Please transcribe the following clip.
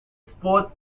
sports